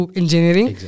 engineering